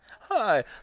Hi